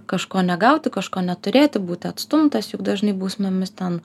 kažko negauti kažko neturėti būti atstumtas juk dažnai bausmėmis ten